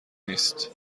نیست